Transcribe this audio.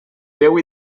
veu